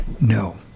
No